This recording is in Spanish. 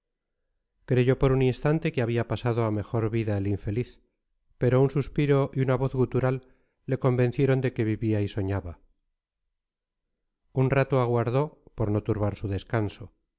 cadavérico creyó por un instante que había pasado a mejor vida el infeliz pero un suspiro y una voz gutural le convencieron de que vivía y soñaba un rato aguardó por no turbar su descanso